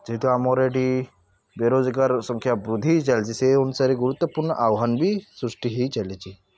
ଯେହେତୁ ଆମର ଏଠି ବେରୋଜଗାର ସଂଖ୍ୟା ବୃଦ୍ଧି ହୋଇଚାଲିଛି ସେ ଅନୁସାରେ ଗୁରୁତ୍ଵପୂର୍ଣ୍ଣ ଆହ୍ୱାନ ବି ସୃଷ୍ଟି ହେଇ ଚାଲିଛି